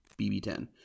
BB10